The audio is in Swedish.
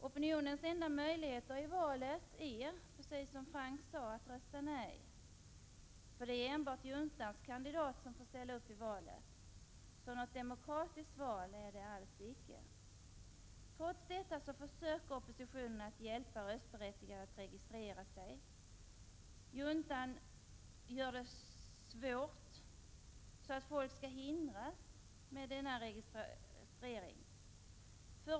Opinionens enda möjligheter i valet är, precis som Hans Göran Franck sade, att rösta nej. Enbart juntans kandidater får ju ställa upp i valet, så något demokratiskt val är det alls inte. Trots detta försöker oppositionen att hjälpa röstberättigade att registrera sig. Juntan gör det svårt, så att folk skall hindras att registrera sig.